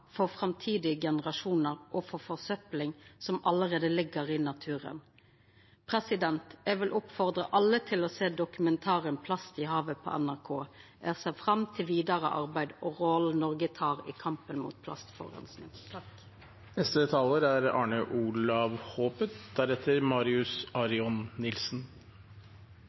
for framtidige generasjonar og for forsøpling som allereie ligg i naturen. Eg vil oppfordra alle til å sjå dokumentaren «Plasthavet» på NRK. Eg ser fram til vidare arbeid og rolla Noreg tek i kampen mot plastforureining. Vi er